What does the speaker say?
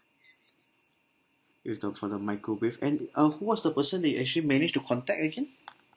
with the for the microwave and uh who was the person that you actually managed to contact again